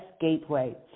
gateway